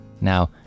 Now